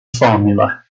formula